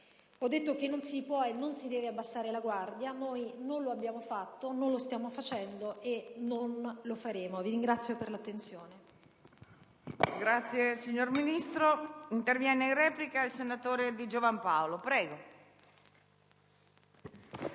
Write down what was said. Ho detto che non si può e non si deve abbassare la guardia: non lo abbiamo fatto, non lo stiamo facendo e non lo faremo. Vi ringrazio per l'attenzione.